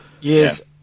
Yes